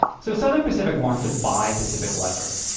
so, southern pacific wants to buy pacific electric.